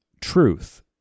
truth